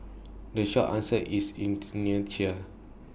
the short answer is inertia